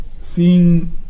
seeing